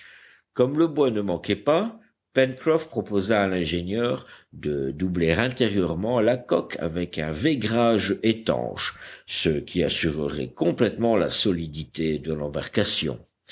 comme le bois ne manquait pas pencroff proposa à l'ingénieur de doubler intérieurement la coque avec un vaigrage étanche ce qui assurerait complètement la solidité de l'embarcation